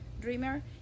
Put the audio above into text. dreamer